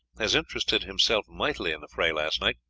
has interested himself mightily in the fray last night,